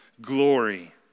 glory